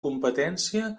competència